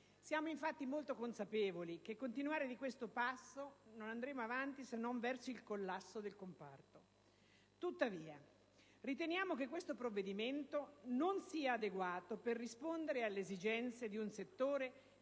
Siamo infatti consapevoli che continuando di questo passo non andremo avanti se non verso il collasso del comparto. Tuttavia riteniamo che questo provvedimento non sia adeguato per rispondere alle esigenze di un settore